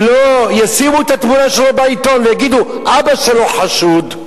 שלא ישימו את התמונה שלו בעיתון ויגידו: אבא שלו חשוד,